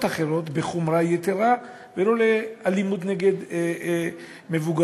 אחרות בחומרה יתרה ולא לאלימות נגד מבוגרים,